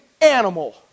animal